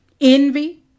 envy